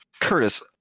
Curtis